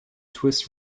twist